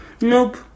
Nope